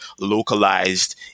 localized